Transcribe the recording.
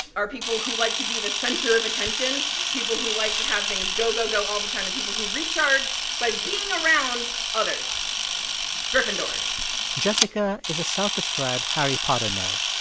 are people who like to be the center of attention, people who like to have things go, go, go all the time and people who recharge by being around others gryffindors jessica is a self-described harry potter nerd.